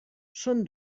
són